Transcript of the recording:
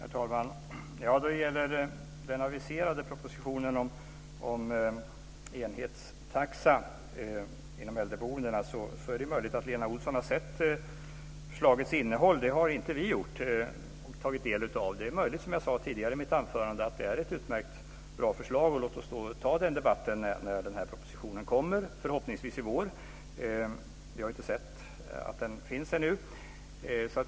Herr talman! När det gäller den aviserade propositionen om enhetstaxa inom äldreboende så är det möjligt att Lena Olsson har sett vad förslaget innehåller och kunnat ta del av det. Det har inte vi gjort. Det är möjligt, som jag sade tidigare i mitt anförande, att det är ett utmärkt och bra förslag. Låt oss därför föra denna debatt när propositionen har lagts fram, förhoppningsvis i vår. Jag har inte sett att den finns än.